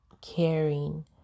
caring